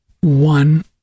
one